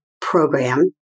program